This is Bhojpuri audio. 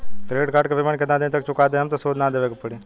क्रेडिट कार्ड के पेमेंट केतना दिन तक चुका देहम त सूद ना देवे के पड़ी?